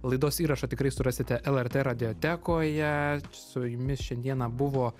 laidos įrašą tikrai surasite lrt radijotekoje su jumis šiandieną buvo